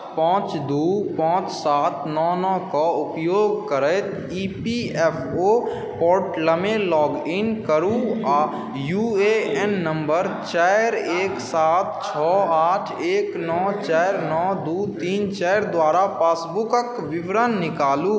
पाँच दुइ पाँच सात नओ नओके अपन पञ्जीकृत मोबाइल नम्बर उपयोग करैत ई पी एफ ओ पोर्टलमे लॉगिन करू आओर यू ए एन नम्बर चारि एक सात छओ आठ एक नओ चारि नओ दुइ तीन चारि द्वारा पासबुकके विवरण निकालू